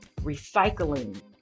recycling